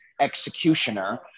executioner